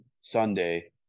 Sunday